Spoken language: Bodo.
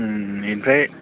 बेनिफ्राय